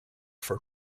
for